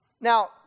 Now